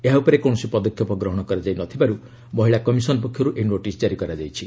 ଏହା ଉପରେ କୌଣସି ପଦକ୍ଷେପ ଗ୍ରହଣ କରାଯାଇ ନ ଥିବାରୁ ମହିଳା କମିଶନ ପକ୍ଷରୁ ଏହି ନୋଟିସ୍ ଜାରି କରାଯାଇଛି